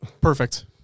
Perfect